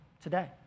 today